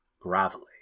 Gravelly